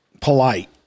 polite